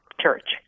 Church